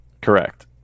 Correct